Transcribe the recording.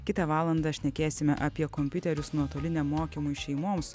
kitą valandą šnekėsime apie kompiuterius nuotoliniam mokymui šeimoms